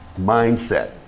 mindset